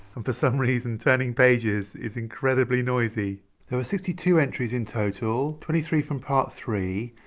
and for some reason turning pages is incredibly noisy there are sixty two entries in total twenty three from part three,